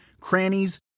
crannies